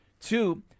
Two